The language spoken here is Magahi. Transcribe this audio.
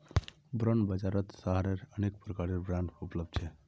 बॉन्ड बाजारत सहारार अनेक प्रकारेर बांड उपलब्ध छ